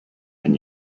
and